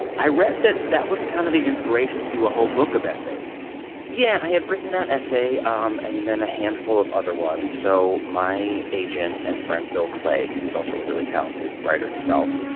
i read that that was kind of the inspiration to do a whole book of essays yeah. i had written that essay um and then a handful of other ones. so my agent and friend, bill clegg, who's also a really talented writer himself,